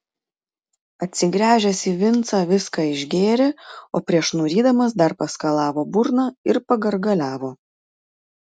atsigręžęs į vincą viską išgėrė o prieš nurydamas dar paskalavo burną ir pagargaliavo